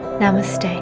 namaste